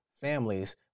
families